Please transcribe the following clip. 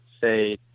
say